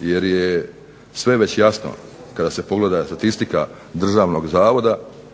jer je sve već jasno kada se pogleda statistika Državnog zavoda